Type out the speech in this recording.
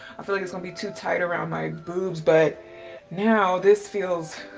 i feel like it's gonna be too tight around my boobs, but now this feels,